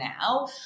now